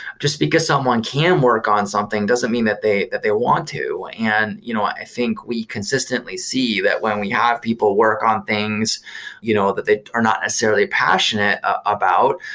just because someone can work on something doesn't mean that they that they want to. and you know i think we consistently see that when we have people work on things you know that they are not necessarily passionate about,